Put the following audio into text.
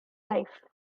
life